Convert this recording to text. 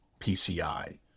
PCI